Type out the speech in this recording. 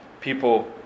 people